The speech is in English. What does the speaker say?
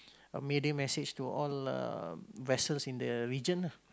a mayday message to all uh vessels in the region ah